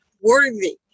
worthy